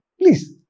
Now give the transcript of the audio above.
Please